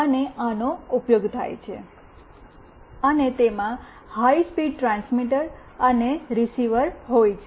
અને આનો ઉપયોગ થાય છે અને તેમાં હાઇ સ્પીડ ટ્રાન્સમીટર અને રીસીવર હોય છે